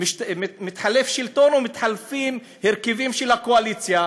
מתחלף שלטון או מתחלפים הרכבים של הקואליציה.